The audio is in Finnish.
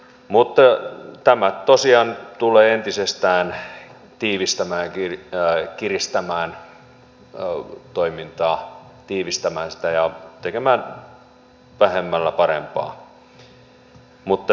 mutta tämä tosiaan tulee entisestään tiivistämään kiristämään toimintaa tiivistämään sitä ja tekemään vähemmällä parempaa